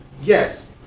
Yes